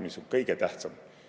mis kõige tähtsam: